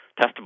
testable